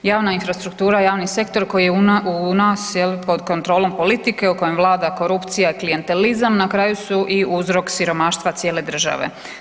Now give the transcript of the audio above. Javna infrastruktura, javni sektor, koji je u nas, je li, pod kontrolom politike u kojem vlada korupcija, klijentelizam, na kraju su i uzrok siromaštva cijele države.